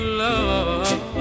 love